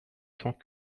temps